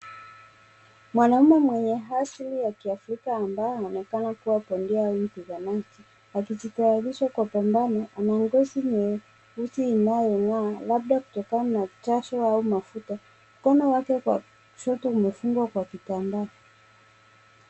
Mwanaume mwenye asili ya kiafrika ambao anaonekana kuwa pondia wa upiganaji. Akijitayarisha kwa pambano. Ana ngozi nyeusi inayong'aa labda kwa kutokana na jasho au mafuta. Mkono wake wa kushoto umefungwa kwa kitambaa.